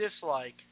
dislike